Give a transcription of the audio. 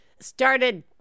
started